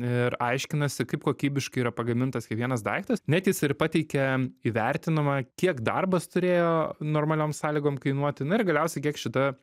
ir aiškinasi kaip kokybiškai yra pagamintas kiekvienas daiktas net jis ir pateikia įvertinama kiek darbas turėjo normaliom sąlygom kainuoti na ir galiausiai kiek šita